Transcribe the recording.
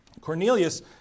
Cornelius